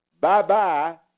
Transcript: Bye-bye